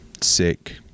sick